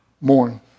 mourn